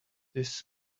this